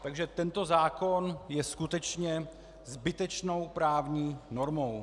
Takže tento zákon je skutečně zbytečnou právní normou.